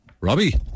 Robbie